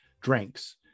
drinks